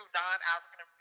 non-African